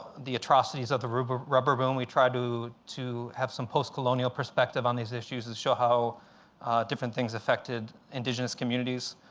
the atrocities of the rubber boom. boom. we try to to have some post-colonial perspective on these issues that show how different things affected indigenous communities,